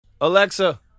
Alexa